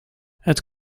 het